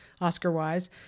Oscar-wise